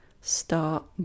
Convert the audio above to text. start